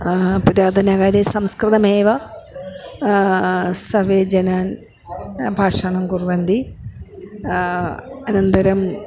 पुरातनकाले संस्कृतमेव सर्वे जनान् भाषणं कुर्वन्ति अनन्तरं